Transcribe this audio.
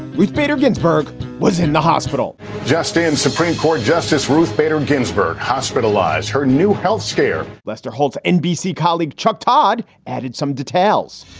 ruth bader ginsburg was in the hospital just in supreme court. justice ruth bader ginsburg hospitalized. her new health scare, lester holt nbc colleague chuck todd added some details.